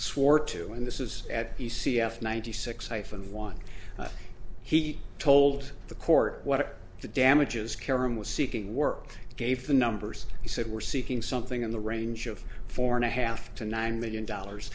swore to and this is at the c f ninety six i found one he told the court what the damages carom was seeking work gave the numbers he said we're seeking something in the range of four and a half to nine million dollars